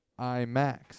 IMAX